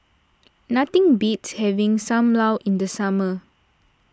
nothing beats having Sam Lau in the summer